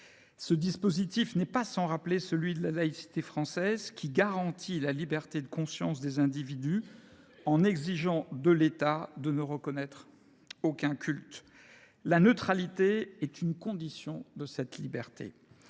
telle logique n’est pas sans rappeler celle de la laïcité française, qui garantit la liberté de conscience des individus en exigeant de l’État qu’il ne reconnaisse aucun culte. La neutralité est une condition de cette liberté.